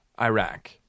Iraq